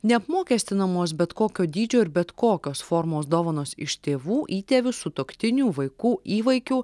neapmokestinamos bet kokio dydžio ir bet kokios formos dovanos iš tėvų įtėvių sutuoktinių vaikų įvaikių